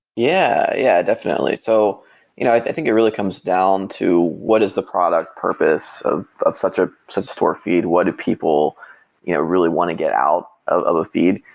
yeah, yeah, definitely. so you know i think it really comes down to what is the product purpose of of such ah such store feed. what do people you know really want to get out of a ah feed?